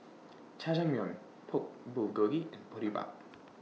Jajangmyeon Pork Bulgogi and Boribap